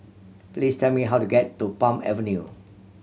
please tell me how to get to Palm Avenue